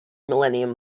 millennium